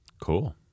Cool